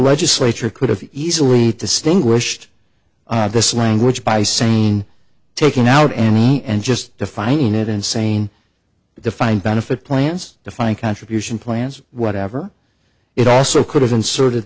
legislature could have easily distinguished this language by saying taking out any and just defining it and same defined benefit plans defined contribution plans whatever it also could have inserted